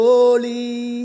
Holy